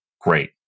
Great